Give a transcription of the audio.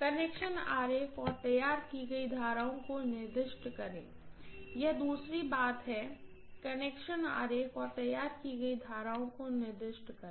connection diagram और तैयार की गई धाराओं को निर्दिष्ट करें यह दूसरी बात है कनेक्शन डायग्राम और तैयार की गई धाराओं को निर्दिष्ट करें